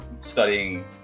studying